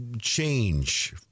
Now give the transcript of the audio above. change